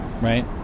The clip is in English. right